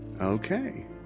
Okay